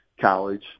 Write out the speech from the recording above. college